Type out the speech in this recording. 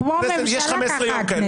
כמו הממשלה, כך הכנסת.